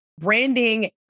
branding